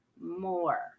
more